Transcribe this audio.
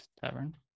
tavern